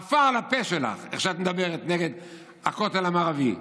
עפר לפה שלך על איך שאת מדברת על הכותל המערבי.